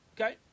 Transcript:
Okay